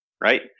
Right